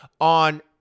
on